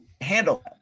handle